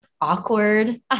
awkward